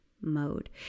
mode